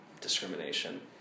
discrimination